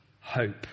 hope